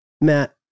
Matt